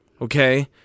Okay